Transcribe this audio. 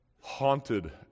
haunted